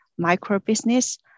microbusiness